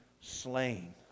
slain